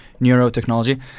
Neurotechnology